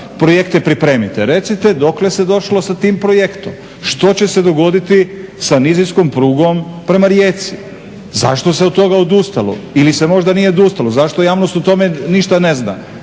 projekte pripremiti. A recite dokle se došlo sa tim projektom? Što će se dogoditi sa nizinskom prugom prema Rijeci? Zašto se od toga odustalo ili se možda nije odustalo? Zašto javnost o tome ništa ne zna